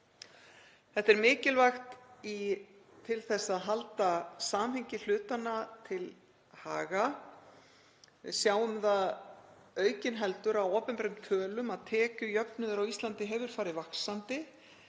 Þetta er mikilvægt til að halda samhengi hlutanna til haga. Við sjáum það aukinheldur á opinberum tölum að tekjujöfnuður á Íslandi hefur farið vaxandi